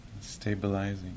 stabilizing